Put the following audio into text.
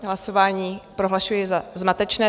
Hlasování prohlašuji za zmatečné.